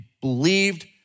believed